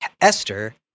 Esther